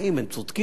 הם צודקים,